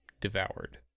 devoured